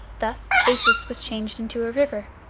thus acis was changed into a river,